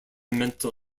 mental